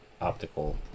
optical